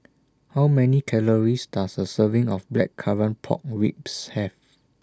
How Many Calories Does A Serving of Blackcurrant Pork Ribs Have